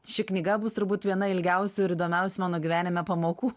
ši knyga bus turbūt viena ilgiausių ir įdomiausių mano gyvenime pamokų